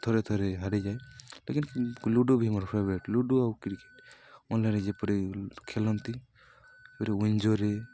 ଥରେ ଥରେ ହାରିଯାଏ ଲେକିନ୍ ଲୁଡ଼ୁ ବି ମୋର ଫେବରେଟ ଲୁଡ଼ୁ ଆଉ କ୍ରିକେଟ ଅନ୍ୟରେ ଯେପରି ଖେଳନ୍ତି ୱଇଞ୍ଜୋରେ